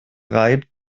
reibt